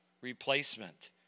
replacement